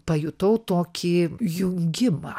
pajutau tokį jungimą